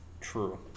True